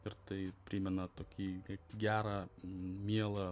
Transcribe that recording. ir tai primena tokį kaip gerą mielą